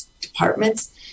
departments